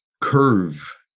curve